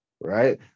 right